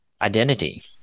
identity